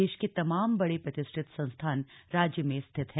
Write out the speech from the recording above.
देश के तमाम बड़े प्रतिष्ठित संस्थान राज्य में स्थित हैं